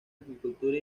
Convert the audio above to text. agricultura